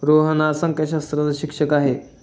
रोहन हा संख्याशास्त्राचा शिक्षक आहे